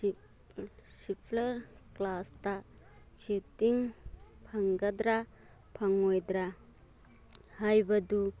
ꯁ꯭ꯋꯤꯄ꯭ꯂꯔ ꯀ꯭ꯂꯥꯁꯇ ꯁꯤꯠꯇꯤꯡ ꯐꯪꯒꯗ꯭ꯔ ꯐꯪꯉꯣꯏꯗ꯭ꯔ ꯍꯥꯏꯕꯗꯨ